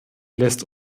lässt